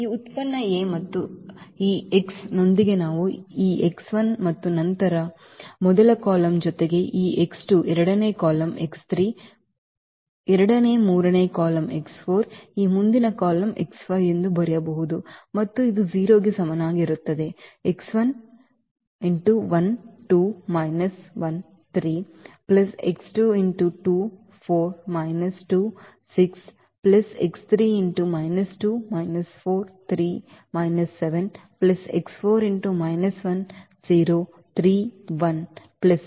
ಈ ಉತ್ಪನ್ನ A ಮತ್ತು ಈ x ನೊಂದಿಗೆ ನಾವು ಈ ಮತ್ತು ನಂತರ ಮೊದಲ ಕಾಲಮ್ ಜೊತೆಗೆ ಈ ಎರಡನೇ ಕಾಲಮ್ ಎರಡನೇ ಮೂರನೇ ಕಾಲಮ್ ಈ ಮುಂದಿನ ಕಾಲಮ್ ಎಂದು ಬರೆಯಬಹುದು ಮತ್ತು ಇದು 0 ಗೆ ಸಮಾನವಾಗಿರುತ್ತದೆ